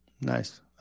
Nice